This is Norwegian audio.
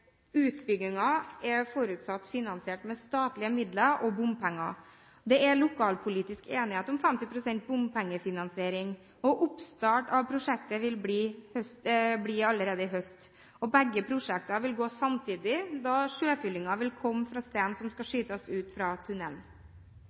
er forutsatt finansiert med statlige midler og bompenger. Det er lokalpolitisk enighet om 50 pst. bompengefinansiering, og oppstart av prosjektet vil bli allerede i høst. Begge prosjektene vil gå samtidig, da sjøfyllingen vil komme fra stein som skal